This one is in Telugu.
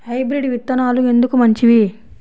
హైబ్రిడ్ విత్తనాలు ఎందుకు మంచివి?